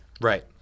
Right